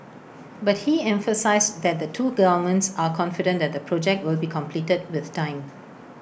but he emphasised that the two governments are confident that the project will be completed with time